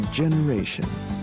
generations